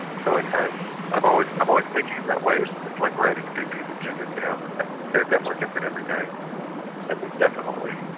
so kind of i'm always i'm always thinking in that way. it's it's like writing a big piece of music, you know. and they're definitely different every night and there's definitely